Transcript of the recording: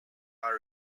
are